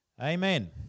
Amen